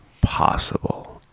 possible